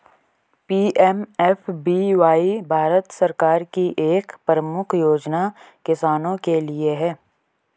PMFBY Bharat सरकार की एक प्रमुख योजना किसानों के लिए है